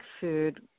food